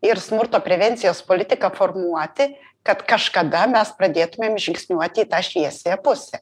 ir smurto prevencijos politiką formuoti kad kažkada mes pradėtumėm žingsniuoti į tą šviesiąją pusę